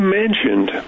mentioned